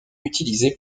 utilisés